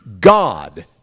God